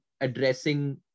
addressing